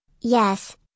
yes